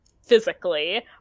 Physically